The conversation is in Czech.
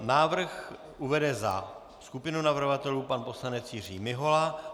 Návrh uvede za skupinu navrhovatelů pan poslanec Jiří Mihola.